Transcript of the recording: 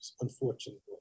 unfortunately